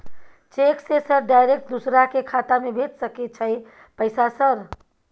Cheque से sir direct दूसरा के खाता में भेज सके छै पैसा सर?